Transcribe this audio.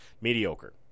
mediocre